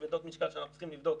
כבדות משקל שאנחנו צריכים לבדוק.